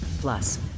Plus